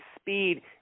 speed